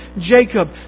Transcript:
Jacob